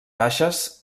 baixes